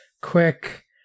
quick